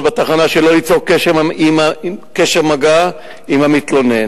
בתחנה שלא ליצור כל קשר או מגע עם המתלונן.